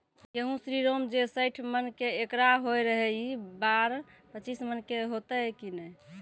गेहूँ श्रीराम जे सैठ मन के एकरऽ होय रहे ई बार पचीस मन के होते कि नेय?